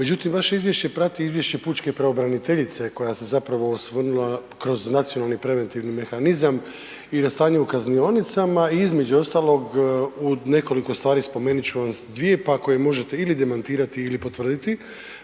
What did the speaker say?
Međutim, vaše izvješće prati izvješće pučke pravobraniteljice koja se zapravo osvrnula kroz nacionalni preventivni mehanizam i na stanje u kaznionicama i između ostalog, u nekoliko stvari, spomenut ću vam 2, pa ako je možete ili demantirati ili potvrditi.